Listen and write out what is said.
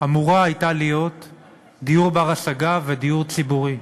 אמורה הייתה להיות דיור בר-השגה ודיור ציבורי,